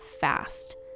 fast